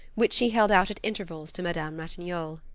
which she held out at intervals to madame ratignolle.